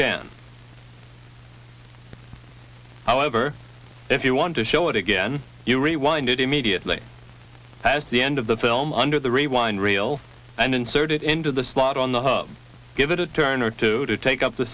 can however if you want to show it again you rewind it immediately as the end of the film under the rewind reel and insert it into the slot on the hub give it a turn or two to take up the